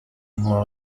more